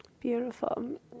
beautiful